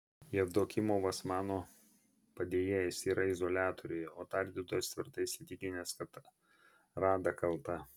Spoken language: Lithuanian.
jevdokimovas mano padėjėjas yra izoliatoriuje o tardytojas tvirtai įsitikinęs kad rada kalta